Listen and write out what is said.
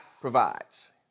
provides